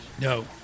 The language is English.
No